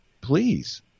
please